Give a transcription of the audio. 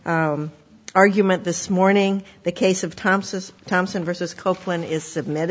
argument this morning the case of thomas thompson versus copeland is submit